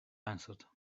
answered